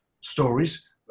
stories